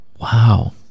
Wow